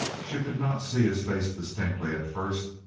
she could not see his face distinctly at first,